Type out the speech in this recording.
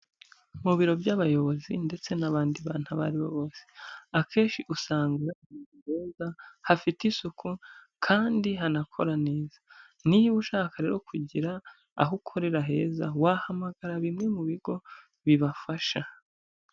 Mu biro by'abayobozi ndetse n'abandi bantu abo ari bo bose, akenshi usanga hafite isuku kandi hanakora neza. Niba ushaka rero kugira aho ukorera heza wahamagara bimwe mu bigo bibafasha.